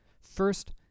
First